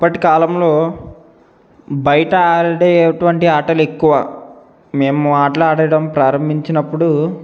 అప్పటి కాలంలో బయట ఆడేటువంటి ఆటలు ఎక్కువ మేము ఆటలు ఆడడం ప్రారంభించినప్పుడు